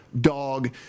dog